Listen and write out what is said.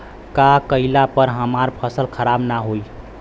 का कइला पर हमार फसल खराब ना होयी?